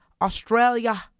Australia